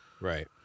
right